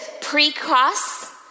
pre-cross